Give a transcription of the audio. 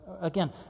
again